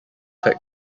had